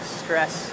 stress